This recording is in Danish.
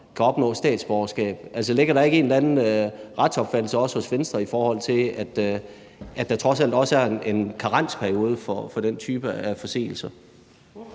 kan opnå statsborgerskab? Ligger der ikke en eller anden retsopfattelse også hos Venstre, i forhold til at der trods alt også er en karensperiode for den type af forseelser?